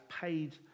paid